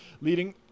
leading